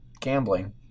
gambling